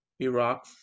iraq